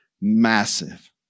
massive